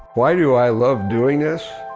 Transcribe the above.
why do i love doing this?